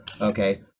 Okay